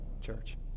church